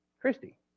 Christy